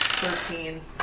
Thirteen